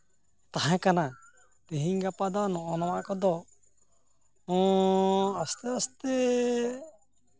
ᱛᱟᱦᱮᱸ ᱠᱟᱱᱟ ᱛᱮᱦᱮᱧ ᱜᱟᱯᱟ ᱫᱚ ᱱᱚᱜᱼᱚ ᱱᱚᱣᱟ ᱠᱚᱫᱚ ᱟᱥᱛᱮ ᱟᱥᱛᱮ